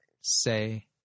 say